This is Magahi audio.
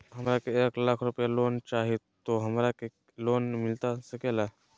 हमरा के एक लाख रुपए लोन चाही तो की हमरा के लोन मिलता सकेला?